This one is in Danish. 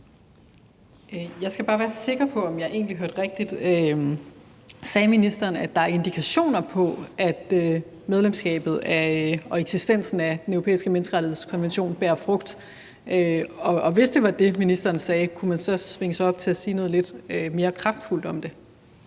Jeg skal bare være sikker på, om jeg egentlig hørte rigtigt: Sagde ministeren, at der er indikationer på, at medlemskabet og eksistensen af Den Europæiske Menneskerettighedskonvention bærer frugt? Og hvis det var det, ministeren sagde, kunne man så svinge sig op til at sige noget lidt mere kraftfuldt om det?